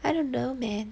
I don't know man